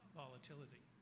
volatility